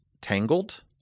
Tangled